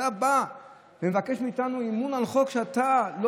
אתה בא ומבקש מאיתנו אמון על חוק שאתה לא